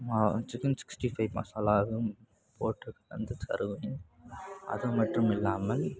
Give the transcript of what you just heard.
chicken sixty five மசாலாவும் போட்டு அது மட்டும் இல்லாமல்